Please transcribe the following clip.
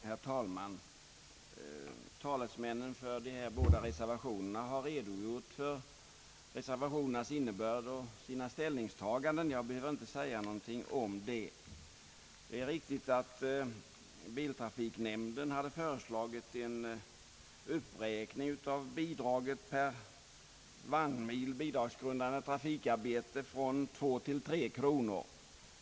Herr talman! Talesmännen för de båda reservationerna i denna punkt har redogjort för deras innebörd och sina egna ställningstaganden. Jag behöver därför inte säga någonting om dessa saker. Det är riktigt att biltrafiknämnden hade föreslagit en uppräkning av bidraget per vagnmil bidragsgrundande trafikarbete från 2 till 3 kronor.